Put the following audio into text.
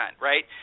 right